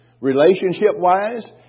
relationship-wise